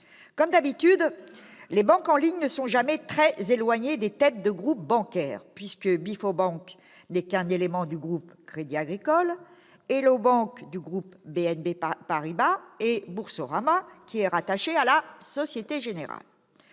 Comme d'habitude, les banques en ligne ne sont jamais très éloignées des têtes de groupe bancaire, puisque B for bank n'est qu'un élément du groupe Crédit agricole, Hello bank, du groupe BNP-Paribas, que Boursorama est rattaché à la Société générale.